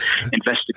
investigate